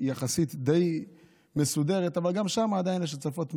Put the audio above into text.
יחסית די מסודרת, אבל גם שם עדיין יש הצפות מהנחל.